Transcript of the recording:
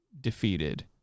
defeated